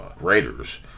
Raiders